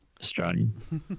Australian